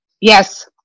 Yes